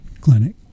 clinic